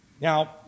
Now